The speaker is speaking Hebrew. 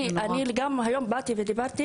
אבל גם היום אני באה ומדברת,